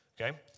Okay